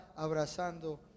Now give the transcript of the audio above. abrazando